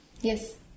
Yes